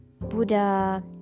buddha